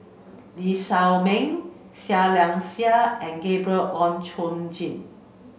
Lee Shao Meng Seah Liang Seah and Gabriel Oon Chong Jin